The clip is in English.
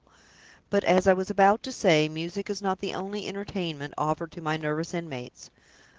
but, as i was about to say, music is not the only entertainment offered to my nervous inmates.